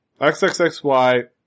XXXY